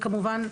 וכמובן,